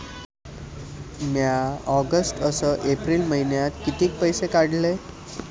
म्या ऑगस्ट अस एप्रिल मइन्यात कितीक पैसे काढले?